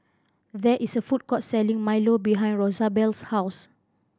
there is a food court selling milo behind Rosabelle's house